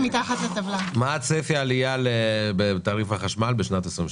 מה צפי העלייה בתעריך החשמל בשנת 2023?